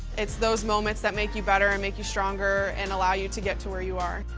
it's those moments that make you better and make you stronger and allow you to get to where you are.